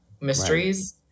mysteries